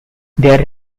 their